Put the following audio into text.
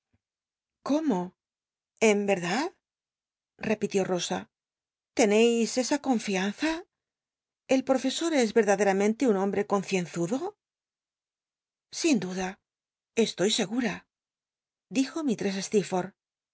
en ycrdad repitió tosa i tcneis erdaderamenle tm esa confianza el pr ofesor es y hombre concienzudo sin eluda estoy segwu dijo